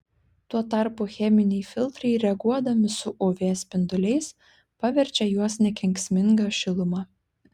tuo tarpu cheminiai filtrai reaguodami su uv spinduliais paverčia juos nekenksminga šiluma